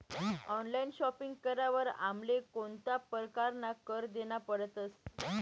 Online shopping करावर आमले कोणता परकारना कर देना पडतस?